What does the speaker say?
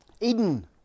Eden